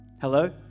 Hello